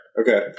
Okay